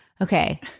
Okay